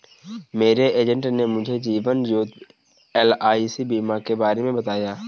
मेरे एजेंट ने मुझे जीवन ज्योति एल.आई.सी बीमा के बारे में बताया